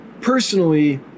personally